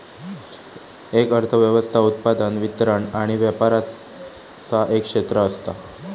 एक अर्थ व्यवस्था उत्पादन, वितरण आणि व्यापराचा एक क्षेत्र असता